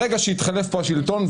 ברגע שיתחלף פה השלטון,